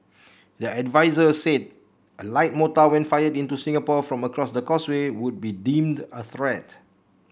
the adviser said a light mortar when fired into Singapore from across the Causeway would be deemed a threat